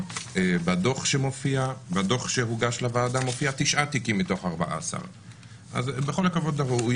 בדוח שהוגש לוועדה מופיע תשעה תיקים מתוך 14. אז בכל הכבוד הראוי,